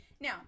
Now